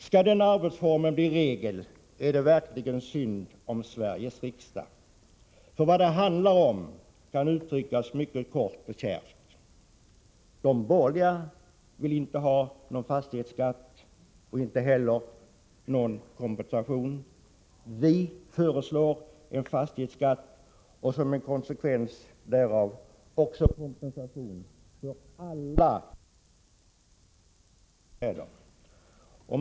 Skall den arbetsformen bli regel, är det verkligen synd om Sveriges riksdag, för vad det handlar om kan uttryckas mycket kort och kärvt: De borgerliga vill inte ha någon fastighetsskatt och inte heller någon kompensation. Vi föreslår en fastighetsskatt och som en konsekvens därav också kompensation för alla räntebidragsberättigade bostäder.